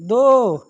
दो